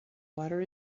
water